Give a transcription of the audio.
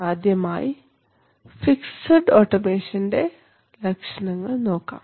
ആദ്യമായി ഫിക്സഡ് ഓട്ടോമേഷൻറെ ലക്ഷണങ്ങൾ നോക്കാം